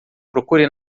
procure